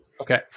Okay